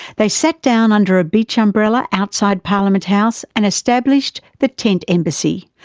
they sat down under a beach umbrella outside parliament house and established the tent embassy.